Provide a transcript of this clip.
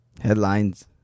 Headlines